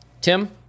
Tim